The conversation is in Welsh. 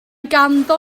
ganddo